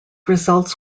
results